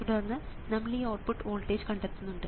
തുടർന്ന് നമ്മൾ ഈ ഔട്ട്പുട്ട് വോൾട്ടേജ് കണ്ടെത്തേണ്ടതുണ്ട്